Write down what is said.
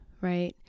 right